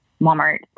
Walmart